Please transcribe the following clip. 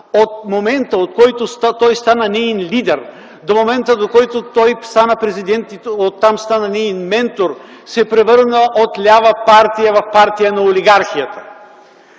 от момента, в който той стана неин лидер, до момента, в който той стана Президент и оттам – стана неин ментор, се превърна от лява партия в партия на олигархията.